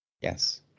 Yes